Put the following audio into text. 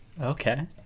Okay